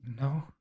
No